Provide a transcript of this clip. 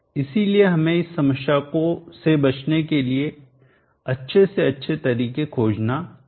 इसलिए हमें इस समस्या से बचने के लिए अच्छे से अच्छे तरीके खोजने चाहिए